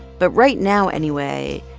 but right now, anyway,